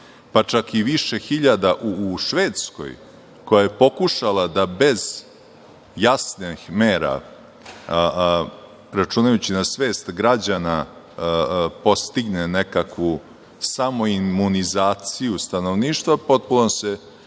pa čak i više hiljada u Švedskoj, koja je pokušala da bez jasnih mera, računajući na svest građana, postigne nekakvu samoimunizaciju stanovništva, potpuno se